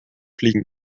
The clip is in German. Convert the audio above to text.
fliegen